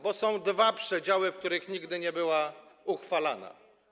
Bo są dwa przedziały, w których nigdy nie została uchwalona.